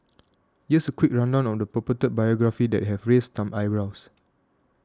there's a quick rundown of purported biography that have raised some eyebrows